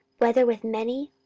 whether with many,